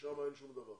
ששם אין שום דבר.